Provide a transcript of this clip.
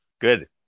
good